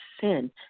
sin